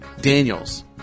Daniels